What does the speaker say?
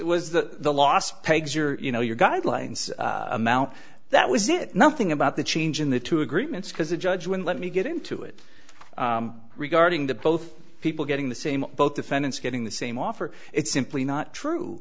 was that the last page you know your guidelines amount that was it nothing about the change in the two agreements because a judge would let me get into it regarding the both people getting the same both defendants getting the same offer it's simply not true